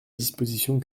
disposition